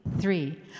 three